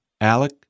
Alec